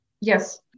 Yes